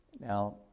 Now